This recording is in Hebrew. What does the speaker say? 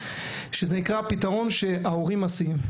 שנקרא הפתרון שההורים מסיעים.